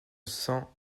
cents